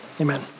amen